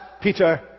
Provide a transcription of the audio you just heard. Peter